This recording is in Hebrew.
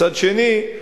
מצד שני,